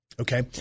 Okay